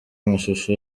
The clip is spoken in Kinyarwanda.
amashusho